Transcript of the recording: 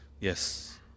Yes